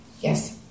Yes